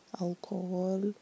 alcohol